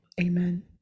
Amen